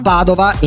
Padova